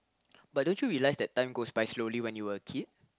but don't you realize that time goes by slowly when you were a kid